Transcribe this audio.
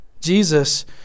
Jesus